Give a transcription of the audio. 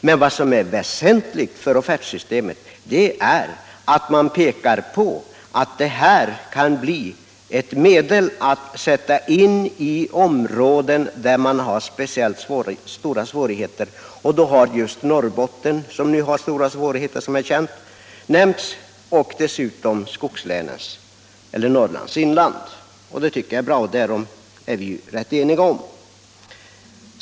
Men vad som är väsentligt för offertsystemet är att man pekar på att det kan bli ett medel att sätta in i områden där man har speciellt stora svårigheter, och då har just Norrbotten, som nu har stora besvärligheter, nämnts och dessutom Norrlands inland. Det tycker jag är bra och därom är vi eniga.